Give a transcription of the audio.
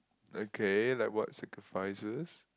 okay like what sacrifices